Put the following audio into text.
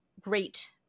great